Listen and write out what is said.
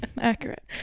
accurate